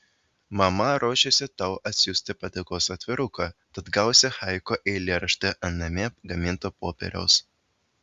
mama ruošiasi tau atsiųsti padėkos atviruką tad gausi haiku eilėraštį ant namie gaminto popieriaus